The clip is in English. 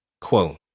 Quote